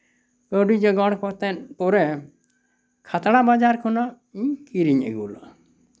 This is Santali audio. ᱠᱟᱹᱣᱰᱤ ᱡᱚᱜᱟᱲ ᱠᱟᱛᱮᱫ ᱯᱚᱨᱮ ᱠᱷᱟᱛᱲᱟ ᱵᱟᱡᱟᱨ ᱠᱷᱚᱱᱟᱜ ᱤᱧ ᱠᱤᱨᱤᱧ ᱟᱹᱜᱩ ᱞᱟᱜᱼᱟ